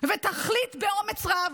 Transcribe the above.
ותחליט באומץ רב,